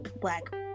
Black